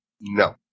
No